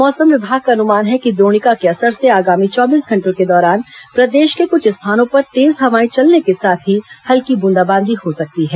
मौसम विभाग का अनुमान है कि द्रोणिका के असर से आगामी चौबीस घंटों के दौरान प्रदेश के कुछ स्थानों पर तेज हवाएं चलने के साथ ही हल्की बूंदाबांदी हो सकती है